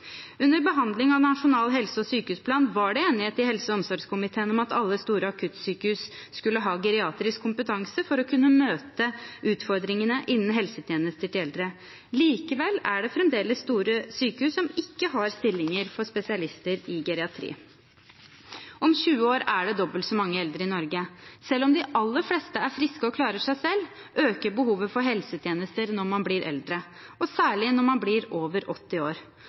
Under behandlingen av Nasjonal helse- og sykehusplan var det enighet i helse- og omsorgskomiteen om at alle store akuttsykehus skulle ha geriatrisk kompetanse for å kunne møte utfordringene innen helsetjenester til eldre. Likevel er det fremdeles store sykehus som ikke har stillinger for spesialister i geriatri. Om 20 år er det dobbelt så mange eldre i Norge. Selv om de aller fleste er friske og klarer seg selv, øker behovet for helsetjenester når man blir eldre, og særlig når man blir over 80 år.